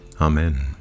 Amen